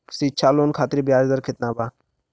शिक्षा लोन खातिर ब्याज दर केतना बा?